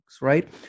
right